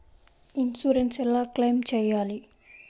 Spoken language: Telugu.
ఇన్సూరెన్స్ ఎలా క్లెయిమ్ చేయాలి?